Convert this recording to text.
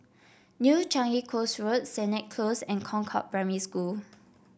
New Changi Coast Road Sennett Close and Concord Primary School